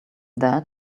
there